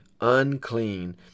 unclean